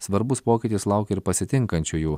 svarbus pokytis laukia ir pasitinkančiųjų